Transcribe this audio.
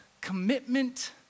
commitment